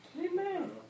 Amen